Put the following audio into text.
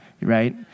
Right